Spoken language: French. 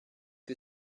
que